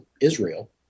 Israel